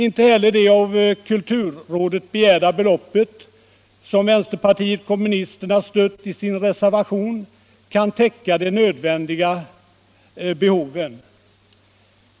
Inte heller det av kulturrådet begärda beloppet, som vpk biträtt i sin reservation, kan täcka det nödvändiga behovet.